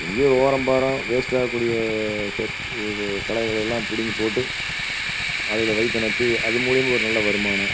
எங்கேயோ ஓரம்பாேகிறோம் வேஸ்டாகக்கூடிய செத் இது களைகளை எல்லாம் பிடுங்கி போட்டு அதுகளை வயிற்றை ரொப்பி அது மூலயமா ஒரு நல்ல வருமானம்